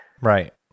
Right